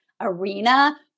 arena